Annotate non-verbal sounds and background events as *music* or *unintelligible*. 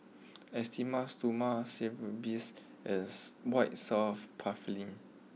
Esteem Stoma *unintelligible* Bath as White soft Paraffin